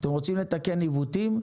אתם רוצים לתקן עיוותים?